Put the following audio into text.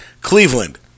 Cleveland